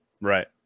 Right